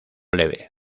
leve